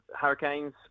Hurricanes